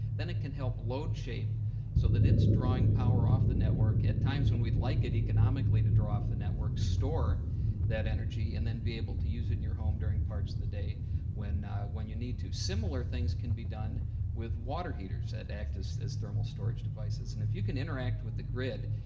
then it can help load shape so that it's drawing power off the network at times when we'd like it economically to draw off the network, store that energy, and then be able to use it in your home during parts of the day when when you need to. similar things can be done with water heaters that act as as thermal storage devices. and if you can interact with the grid,